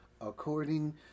according